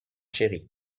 chéris